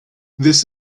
this